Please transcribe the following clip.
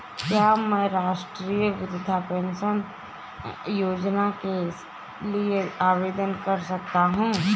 क्या मैं राष्ट्रीय वृद्धावस्था पेंशन योजना के लिए आवेदन कर सकता हूँ?